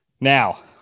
Now